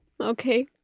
Okay